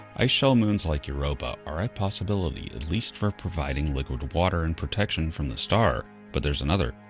ice shell moons like europa are a possibility at least for providing liquid water and protection from the star. but there's another,